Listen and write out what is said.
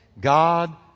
God